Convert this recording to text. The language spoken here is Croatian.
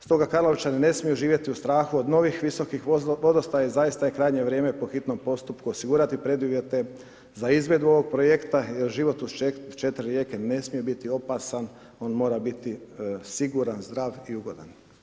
Stoga Karlovčani ne smiju živjeti u strahu od novih visokih vodostaja i zaista je krajnje vrijeme po hitnom postupku osigurati preduvjete za izvedbu ovog projekta, jer život uz 4 rijeke ne smije biti opasan, on mora biti siguran, zdrav i ugodan.